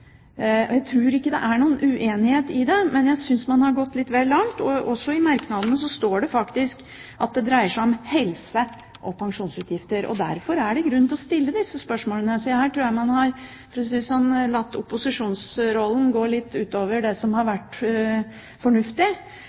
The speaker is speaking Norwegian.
Jeg tror ikke det er noen uenighet om det. Men jeg synes man har gått litt vel langt. I merknadene står det faktisk at det dreier seg om helse- og pensjonsutgifter, og derfor er det grunn til å stille disse spørsmålene. Så her tror jeg man her latt opposisjonsrollen gå litt utover det som har vært fornuftig.